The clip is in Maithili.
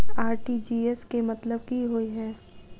आर.टी.जी.एस केँ मतलब की होइ हय?